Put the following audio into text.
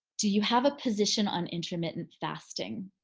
do you have a position on intermittent fasting?